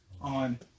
on